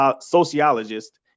sociologist